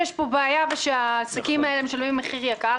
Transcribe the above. שיש פה בעיה ושהעסקים האלה משלמים מחיר יקר,